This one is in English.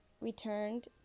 returned